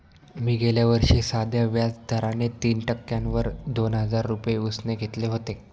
मी गेल्या वर्षी साध्या व्याज दराने तीन टक्क्यांवर दोन हजार रुपये उसने घेतले होते